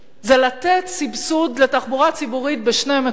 זה לתת סבסוד לתחבורה ציבורית בשני מקומות: